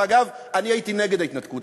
אגב, אני הייתי נגד ההתנתקות.